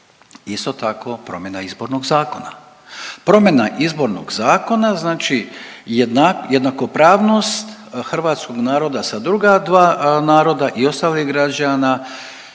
isto tako promjena Izbornog zakona. Promjena Izbornog zakona znači jednakopravnost hrvatskog naroda sa druga dva naroda i ostalih građana